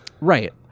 Right